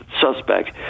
suspect